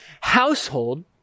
household